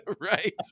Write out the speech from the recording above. right